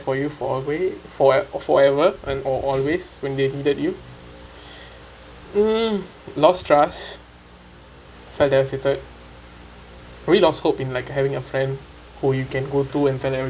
for you for away for or forever and or always when they needed you mm lost trust maybe lost hope in like having a friend who you can go to in